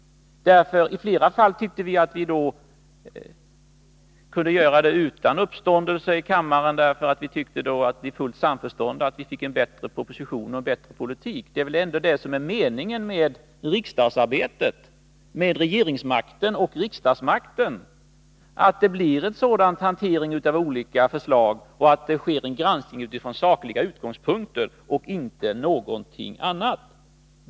I flera fall tyckte vi då att vi kunde göra det utan uppståndelse i kammaren, därför att vi i fullt samförstånd tyckte att vi fick en bättre proposition och en bättre politik. Det är ändå det som är meningen med regeringsmakten och riksdagsmakten, att en sådan hantering av olika förslag äger rum och att det sker en granskning utifrån sakliga utgångspunkter och inte någonting annat.